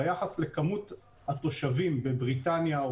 ביחס לכמות התושבים בבריטניה,